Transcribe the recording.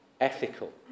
ethical